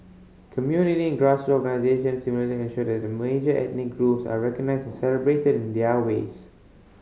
community and grassroot organisations similarly ensure that the major ethnic groups are recognised and celebrated in their ways